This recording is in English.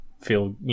feel